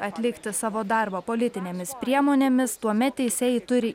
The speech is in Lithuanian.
atlikti savo darbą politinėmis priemonėmis tuomet teisėjai turi